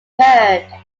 heard